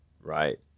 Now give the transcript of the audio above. right